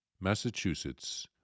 Massachusetts